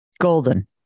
Golden